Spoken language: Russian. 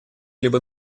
либо